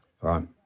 right